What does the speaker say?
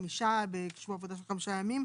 חמישה בשבוע עבודה של חמישה ימים,